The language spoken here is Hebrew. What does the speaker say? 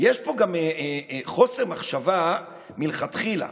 יש פה גם חוסר מחשבה מלכתחילה.